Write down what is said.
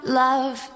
love